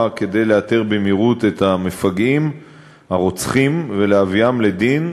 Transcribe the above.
כדי לאתר במהירות את המפגעים הרוצחים ולהביאם לדין,